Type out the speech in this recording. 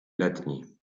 letni